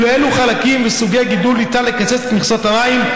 ולאילו חלקים וסוגי גידול ניתן לקצץ את מכסות המים,